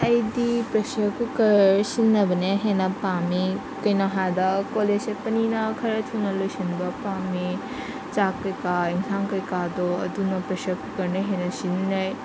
ꯑꯩꯗꯤ pressure cooker ꯁꯤꯖꯤꯟꯅꯕꯅ ꯍꯦꯟꯅ ꯄꯥꯝꯃꯤ ꯀꯩꯅꯣ ꯍꯥꯏꯕꯗ ꯀꯣꯂꯦꯖ ꯆꯠꯄꯅꯤꯅ ꯈꯔ ꯊꯨꯅ ꯂꯣꯏꯁꯤꯟꯕ ꯄꯥꯝꯃꯤ ꯆꯥꯛ ꯀꯩꯀꯥ ꯑꯦꯟꯁꯥꯡ ꯀꯩꯀꯥꯗꯣ ꯑꯗꯨꯅ ꯄ꯭ꯔꯦꯁꯔ ꯀꯨꯀꯔꯅ ꯍꯦꯟꯅ ꯁꯤꯖꯤꯟꯅꯩ